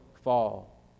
fall